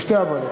בשתי הוועדות.